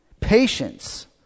Patience